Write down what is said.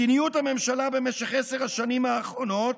מדיניות הממשלה במשך עשר השנים האחרונות,